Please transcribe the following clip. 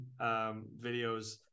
videos